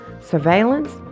surveillance